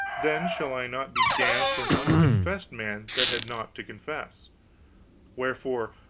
then shall i not be damned for an unconfessed man that had naught to confess wherefore,